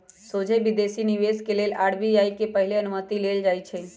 सोझे विदेशी निवेश के लेल आर.बी.आई से पहिले अनुमति लेल जाइ छइ